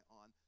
on